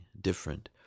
different